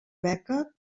beca